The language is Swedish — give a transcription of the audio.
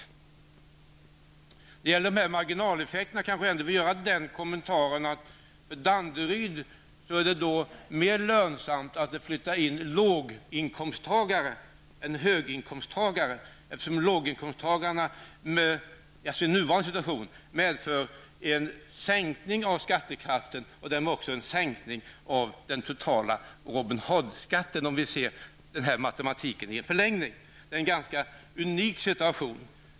När det gäller de här marginaleffekterna vill jag ändå göra den kommentaren att det för Danderyd är mer lönsamt att det flyttar in låginkomsttagare än att det flyttar in höginkomsttagare. I nuvarande situation medför låginkomsttagarna en sänkning av skattekraften och därmed också en sänkning av den totala Robin Hood-skatten, om vi ser den här matematiken i en förlängning. Det är en unik situation.